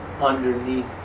underneath